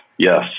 Yes